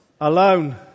alone